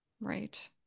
Right